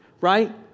right